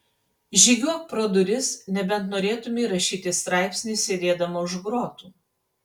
žygiuok pro duris nebent norėtumei rašyti straipsnį sėdėdama už grotų